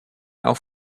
auch